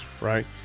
right